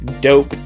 dope-